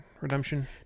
Redemption